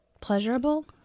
Pleasurable